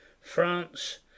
France